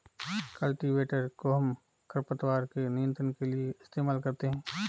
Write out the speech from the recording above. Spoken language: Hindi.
कल्टीवेटर कोहम खरपतवार के नियंत्रण के लिए इस्तेमाल करते हैं